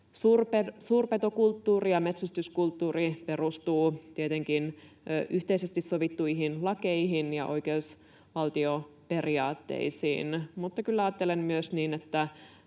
suurpetokulttuuri ja metsästyskulttuuri perustuvat tietenkin yhteisesti sovittuihin lakeihin ja oikeusvaltioperiaatteisiin, mutta kyllä ajattelen myös niin,